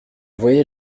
voyait